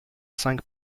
cinq